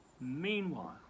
Meanwhile